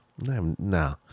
No